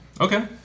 Okay